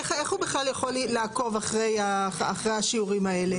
איך הוא יכול בכלל לעקוב אחרי השיעורים האלה?